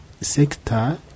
sector